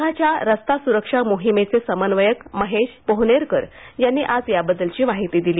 संघाच्या रस्ता सुरक्षा मोहिमेचे समन्वयक महेश पोहनेरकर यांनी आज याबद्दलची माहिती दिली